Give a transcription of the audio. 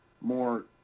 more